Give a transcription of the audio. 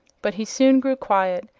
but he soon grew quiet,